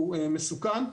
הוא מסוכן.